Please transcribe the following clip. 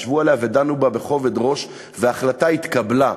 ישבו עליה ודנו בה בכובד ראש וההחלטה התקבלה.